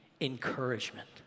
encouragement